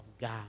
God